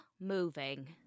moving